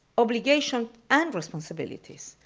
obligation and responsibilities,